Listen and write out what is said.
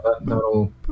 that'll